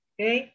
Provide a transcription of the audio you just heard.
Okay